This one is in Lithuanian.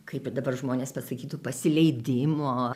kaip ir dabar žmonės pasakytų pasileidimo